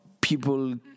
people